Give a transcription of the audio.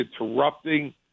interrupting